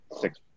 six